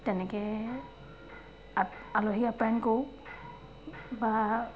তেনেকৈ আপ আলহী আপ্যায়ন কৰোঁ বা